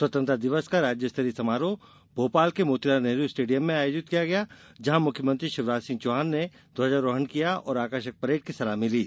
स्वतंत्रता दिवस का राज्यस्तरीय समारोह भोपाल के मोतीलाल नेहरू स्टेडियम में हुआ जहां मुख्यमंत्री शिवराज सिंह चौहान ने ध्वजारोहण किया और आकर्षक परेड की सलामी ली